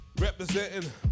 representing